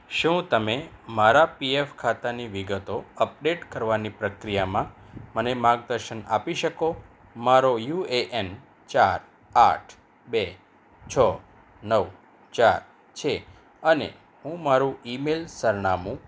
શું તમે મારા પીએફ ખાતાની વિગતો અપડેટ કરવાની પ્રક્રિયામાં મને માર્ગદર્શન આપી શકો મારો યુ એ એન ચાર આઠ બે છો નવ ચાર છે અને હું મારું ઇમેલ સરનામું